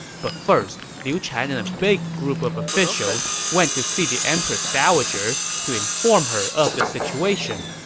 but first, liu chan and a big group of officials went to see the empress dowager to inform her of the situation.